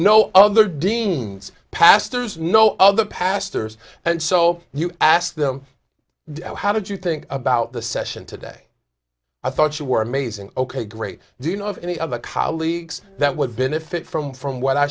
know other deans pastors know other pastors and so you ask them how did you think about the session today i thought you were amazing ok great do you know of any of the colleagues that would benefit from from what i